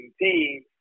team